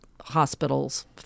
hospitals